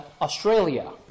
Australia